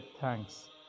thanks